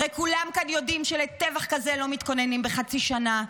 הרי כולם כאן יודעים שלטבח כזה לא מתכוננים בחצי שנה.